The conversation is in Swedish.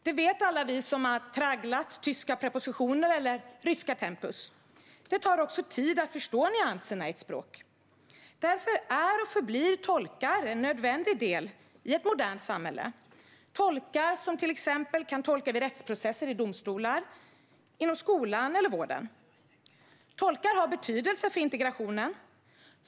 Det vet alla vi som har tragglat tyska prepositioner eller ryska tempus. Det tar också tid att förstå nyanserna i ett språk. Därför är och förblir tolkar en nödvändig del i ett modernt samhälle - tolkar som till exempel kan tolka vid rättsprocesser i domstolar, inom skolan eller i vården. Tolkar har betydelse för integrationen.